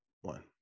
one